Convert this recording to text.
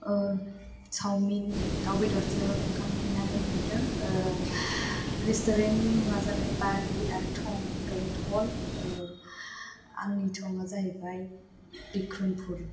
ओ चाउमिन दाव बेदरजों ओंखाम उखैनानै बिहरदों ओ रेस्टुरेन्टनि मुङा जाबाय बारबि आरो थं बेंथल ओ आंनि थङा जाहैबाय बिख्रमफुर